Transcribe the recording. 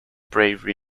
bravery